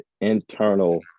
internal